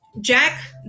Jack